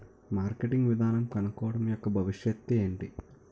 Marketing విధానం కనుక్కోవడం యెక్క భవిష్యత్ ఏంటి?